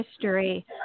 history